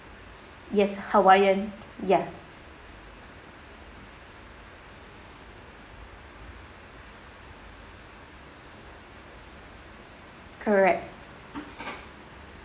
yes hawaiian ya correct